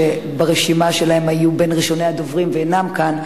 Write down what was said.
שברשימה שלהם היו בין ראשוני הדוברים ואינם כאן,